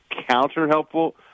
counter-helpful